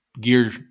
gear